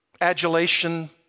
adulation